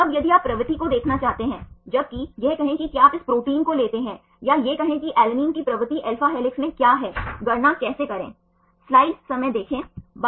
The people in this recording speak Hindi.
अब यदि आप प्रवृत्ति को देखना चाहते हैं जबकि यह कहें कि क्या आप इस प्रोटीन को लेते हैं या यह कहें कि अलैनिन की प्रवृत्ति alpha हेलिक्स में क्या है गणना कैसे करें